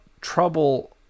trouble